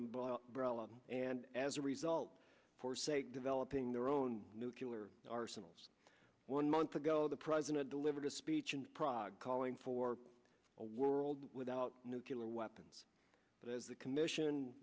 and as a result forsake developing their own nucular arsenals one month ago the president delivered a speech in prague calling for a world without nuclear weapons but as the commission